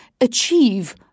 achieve